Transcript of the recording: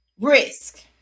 risk